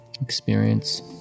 experience